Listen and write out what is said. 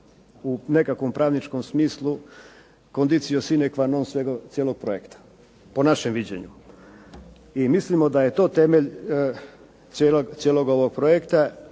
u nekakvom pravničkom smislu, condicio cine qua non cijelog projekta, po našem viđenju. I mislimo da je to temelj cijelog ovog projekta